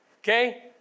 okay